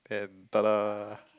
and tada